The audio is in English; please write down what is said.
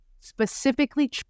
specifically